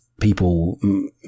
people